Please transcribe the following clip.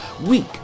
weak